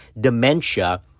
dementia